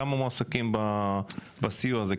כמה מועסקים בסיוע הזה?